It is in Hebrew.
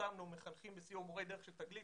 שמנו מחנכים בסיור מורי דרך של תגלית